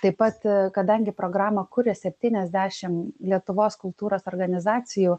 taip pat kadangi programą kuria septyniasdešim lietuvos kultūros organizacijų